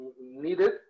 needed